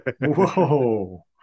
whoa